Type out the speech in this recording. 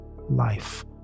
life